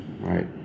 right